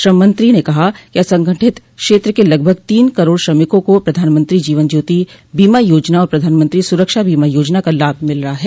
श्रम मंत्री ने कहा कि असंगठित क्षेत्र के लगभग तीन करोड़ श्रमिकों को प्रधानमंत्री जीवन ज्योति बीमा योजना और प्रधानमंत्री सुरक्षा बीमा योजना का लाभ मिल रहा है